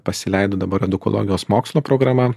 pasileido dabar edukologijos mokslo programa